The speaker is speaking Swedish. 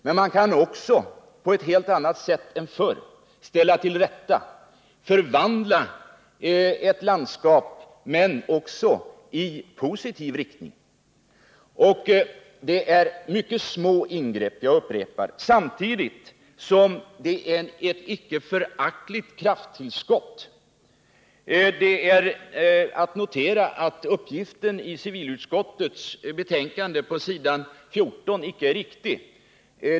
Men man kan också på ett helt annat sätt än förr ställa det hela till rätta och förvandla ett landskap i positiv riktning. Det är fråga om mycket små ingrepp —- jag upprepar det — samtidigt som det blir ett icke föraktligt krafttillskott. Jag noterar att uppgiften på s. 14 i civilutskottets betänkande icke är riktig.